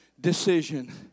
decision